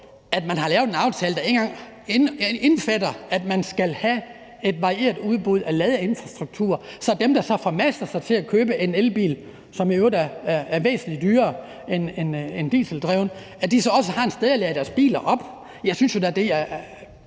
at man har lavet en aftale, der ikke engang indbefatter, at man skal have et varieret udbud af ladeinfrastruktur, sådan at dem, der formaster sig til at købe en elbil, som i øvrigt er væsentlig dyrere end en dieseldreven bil, så også har et sted at lade deres biler op. Jeg synes, det burde